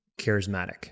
charismatic